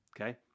Okay